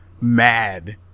mad